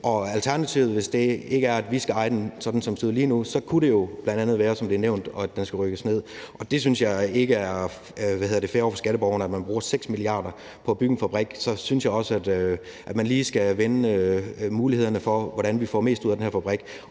ud lige nu, kunne jo bl.a. være, som det er nævnt, at den skulle rives ned. Jeg synes ikke, det er fair over for skatteborgerne, at man bruger 6 mia. kr. på at bygge en fabrik. Så synes jeg også, at man lige skal vende mulighederne for, hvordan vi får mest ud af den her fabrik.